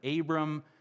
Abram